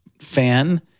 fan